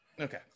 Okay